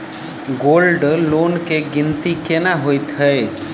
Gold loan केँ गिनती केना होइ हय?